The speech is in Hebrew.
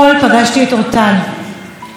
אורטל היא הבת של עליזה,